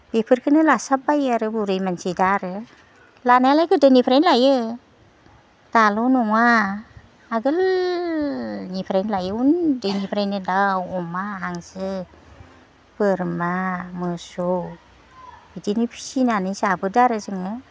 बेफोरखोनो लासाबबायो आरो बुरै मानसि दा आरो लानायालाय गोदोनिफ्रायनो लायो दाल' नङा आगोलनिफ्रायनो लायो उन्दैनिफ्रायनो दाउ अमा हांसो बोरमा मोसौ बिदिनो फिसिनानै जाबोदो आरो जोङो